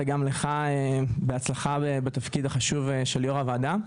ואני מאחל לך הצלחה בתפקידך החשוב כיושב-ראש הוועדה.